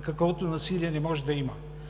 каквото насилие не може да има.